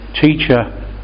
teacher